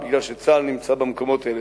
כי צה"ל נמצא במקומות האלה.